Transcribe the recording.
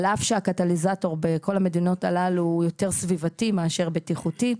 על אף שהקטליזטור בכל המדינות הללו הוא יותר סביבתי מאשר בטיחותי,